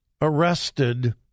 arrested